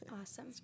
Awesome